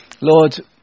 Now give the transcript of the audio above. Lord